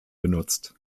benutzt